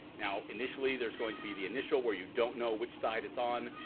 now initially there's going to be the initial where you don't know which side it's on.